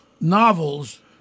novels